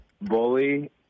bully